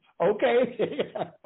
okay